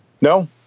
no